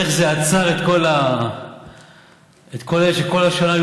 איך זה עצר את כל אלה שכל השנה היו